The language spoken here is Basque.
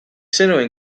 zenuen